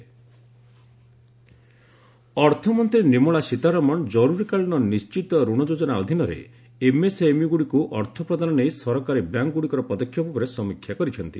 FM review ଅର୍ଥମନ୍ତ୍ରୀ ନିର୍ମଳା ସୀତାରମଣ କରୁରୀକାଳୀନ ନିଶ୍ଚିତ ରଣ ଯୋଜନା ଅଧୀନରେ ଏମ୍ଏସ୍ଏମ୍ଇଗୁଡ଼ିକୁ ଅର୍ଥ ପ୍ରଦାନ ନେଇ ସରକାରୀ ବ୍ୟାଙ୍କଗୁଡ଼ିକର ପଦକ୍ଷେପ ଉପରେ ସମୀକ୍ଷା କରିଛନ୍ତି